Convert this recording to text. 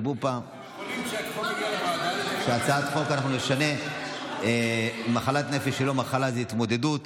מחלת נפש היא לא מחלה, זה התמודדות.